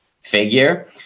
figure